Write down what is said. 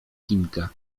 chinka